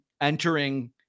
entering